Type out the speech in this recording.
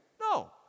No